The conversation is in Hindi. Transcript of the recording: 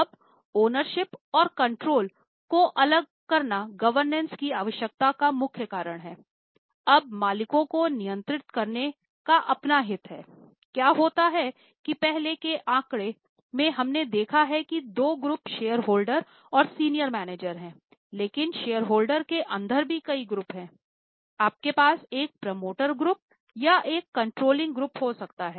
अब ओनरशिप हो सकता है